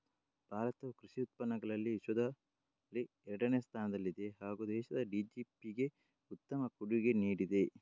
ಭಾರತವು ಕೃಷಿ ಉತ್ಪಾದನೆಯಲ್ಲಿ ವಿಶ್ವದಲ್ಲಿ ಎರಡನೇ ಸ್ಥಾನದಲ್ಲಿದೆ ಹಾಗೂ ದೇಶದ ಜಿ.ಡಿ.ಪಿಗೆ ಉತ್ತಮ ಕೊಡುಗೆ ನೀಡಿದೆ